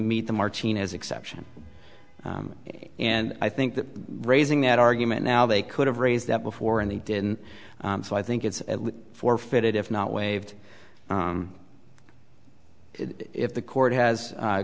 meet the martinez exception and i think that raising that argument now they could have raised that before and they didn't so i think it's forfeited if not waived if the court has